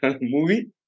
Movie